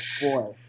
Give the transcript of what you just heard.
boy